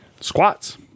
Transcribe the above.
squats